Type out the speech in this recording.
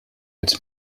als